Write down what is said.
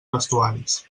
vestuaris